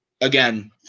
again